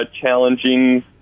challenging